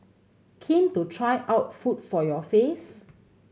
keen to try out food for your face